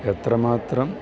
എത്ര മാത്രം